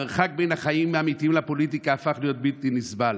כי המרחק בין החיים האמיתיים לפוליטיקה הפך להיות בלתי נסבל".